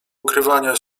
ukrywania